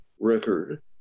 record